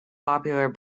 popular